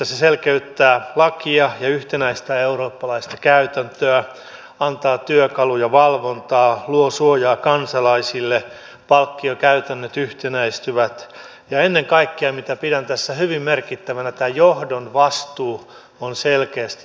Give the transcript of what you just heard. se selkeyttää lakia ja yhtenäistää eurooppalaista käytäntöä antaa työkaluja valvontaan luo suojaa kansalaisille palkkiokäytännöt yhtenäistyvät ja ennen kaikkea mitä pidän tässä hyvin merkittävänä tämä johdon vastuu on selkeästi määritelty